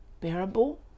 bearable